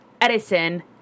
Edison